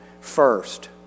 first